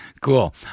Cool